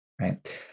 right